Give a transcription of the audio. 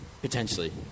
Potentially